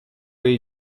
jej